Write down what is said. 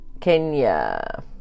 Kenya